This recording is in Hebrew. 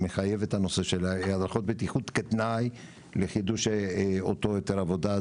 שמחייבת את הנושא של הדרכות בטיחות כתנאי לחידוש אותו היתר עבודה.